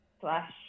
slash